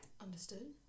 Understood